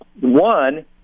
one